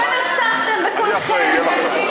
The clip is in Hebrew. שאתם הבטחתם בקולכם,